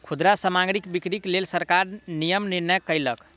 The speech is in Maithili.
खुदरा सामग्रीक बिक्रीक लेल सरकार नियम निर्माण कयलक